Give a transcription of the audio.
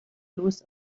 bloß